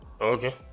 okay